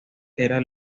era